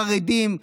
חרדים,